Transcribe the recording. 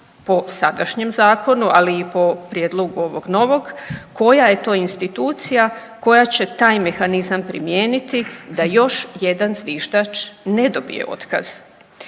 po sadašnjem zakonu, ali i po prijedlogu ovog novog koja je to institucija koja će taj mehanizam primijeniti da još jedan zviždač ne dobije otkaz?